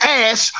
ass